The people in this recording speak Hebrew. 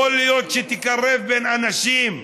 יכול להיות שתקרב בין אנשים,